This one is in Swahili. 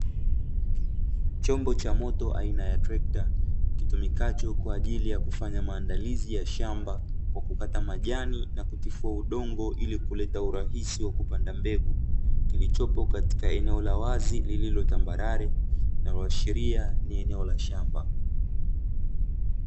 Chombo cha moto aina ya trekta, kitumikacho kwa ajili ya kufanya maandalizi ya shamba, kwa kukata majani na kutifua udongo ili kuleta urahisi wa kupanda mbegu, kilichopo katika eneo la wazi lililo tambarare, linaloashiria ni eneo la shamba.